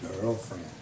girlfriend